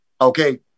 Okay